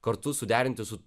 kartu suderinti su